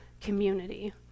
community